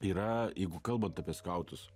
yra jeigu kalbant apie skautus